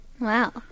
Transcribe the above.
Wow